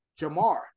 Jamar